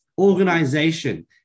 Organization